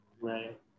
Right